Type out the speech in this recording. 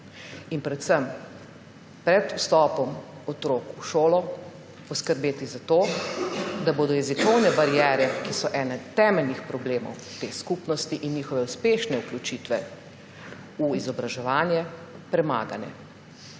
in predvsem pred vstopom otrok v šolo poskrbeti za to, da bodo jezikovne bariere, ki so eni temeljnih problemov te skupnosti in njihove uspešne vključitve v izobraževanje, premagane.